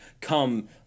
come